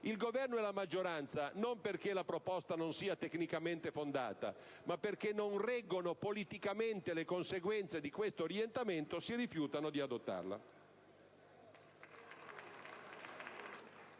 il Governo e la maggioranza, non perché la proposta non sia tecnicamente fondata, ma perché non reggono politicamente le conseguenze di questo provvedimento, si rifiutano di adottarla.